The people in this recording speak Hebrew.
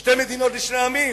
שתי מדינות לשני עמים,